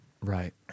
Right